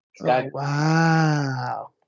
Wow